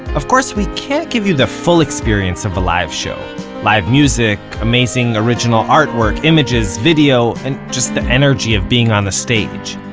of course, we can't give you the full experience of a live show live music, amazing original artwork, images, video and just the energy of being on the stage.